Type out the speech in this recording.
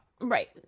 Right